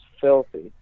filthy